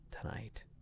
tonight